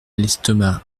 l’estomac